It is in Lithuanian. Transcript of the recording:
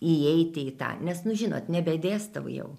įeiti į tą nes nu žinot nebedėstau jau